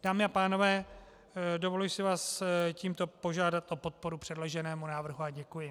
Dámy a pánové, dovoluji si vás tímto požádat o podporu předloženému návrhu a děkuji.